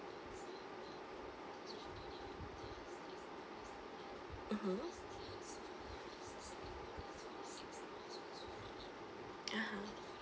mmhmm (uh huh)